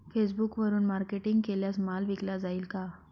फेसबुकवरुन मार्केटिंग केल्यास माल विकला जाईल का?